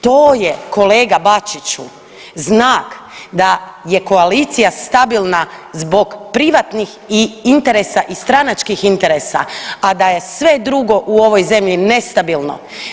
To je kolega Bačiću znak da je koalicija stabilna zbog privatnih interesa i stranačkih interesa, a da je sve drugo u ovoj zemlji nestabilno.